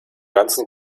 ganzen